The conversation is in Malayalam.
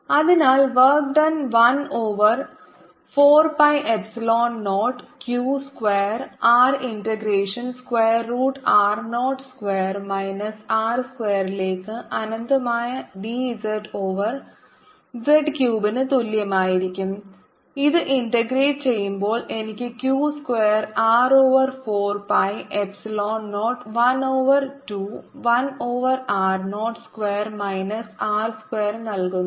F14π0qR qr2r r2 R2214π0q2Rrr2 R22 0F drq2R4π0r0rdrr2 R22 Let r2 R2z2zdzrdr Wq2R4π0r02 R2zdzz4 അതിനാൽ work done 1 over 4 pi epsilon 0 q square r integration square root r naught square minus r സ്ക്വയറിലേക്ക് അനന്തമായ dz ഓവർ z ക്യൂബിന് തുല്യമായിരിക്കും ഇത് ഇന്റഗ്രേറ്റ് ചെയ്യുമ്പോൾ എനിക്ക് q square r over 4 pi എപ്സിലോൺ 0 1 over 2 1 over r naught square minus r square നല്കുന്നു